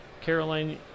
Caroline